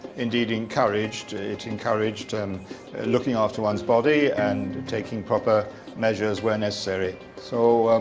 indeed, encouraged. it encouraged and looking after one's body and taking proper measures where necessary. so,